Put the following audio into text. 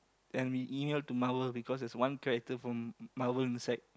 and we emailed to Marvel because there was one character from Marvel inside